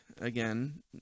again